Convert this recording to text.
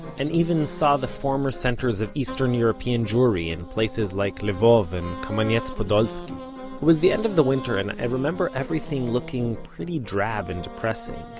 and even saw the former centers of eastern european jewry in places like lvov and kamianetz-podilskyi. it was the end of the winter, and i remember everything looking pretty drab and depressing.